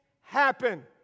happen